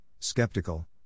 skeptical